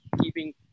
keeping